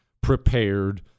prepared